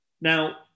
Now